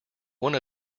one